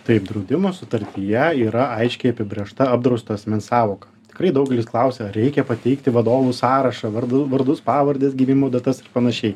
taip draudimo sutartyje yra aiškiai apibrėžta apdrausto asmens sąvoka tikrai daugelis klausia ar reikia pateikti vadovų sąrašą vardu vardus pavardes gimimo datas ir panašiai